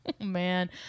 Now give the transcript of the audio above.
man